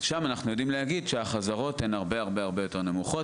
שם אנחנו יודעים להגיד שהחזרות הן הרבה-הרבה-הרבה יותר נמוכות,